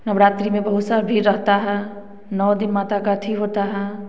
नवरात्रि में बहुत सारा भीड़ रहता है नौ दिन माता का अथी होता है